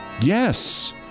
Yes